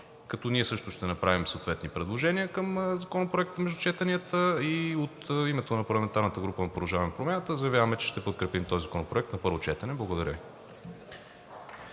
Като ние също ще направим съответни предложения към Законопроекта между четенията и от името на парламентарната група на „Продължаваме Промяната“ заявяваме, че ще подкрепим този Законопроект на първо четене. Благодаря Ви.